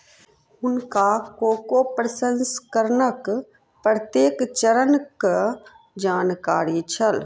हुनका कोको प्रसंस्करणक प्रत्येक चरणक जानकारी छल